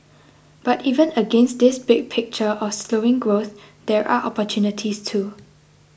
but even against this big picture of slowing growth there are opportunities too